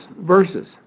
verses